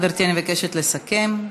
גברתי, אני מבקשת לסכם.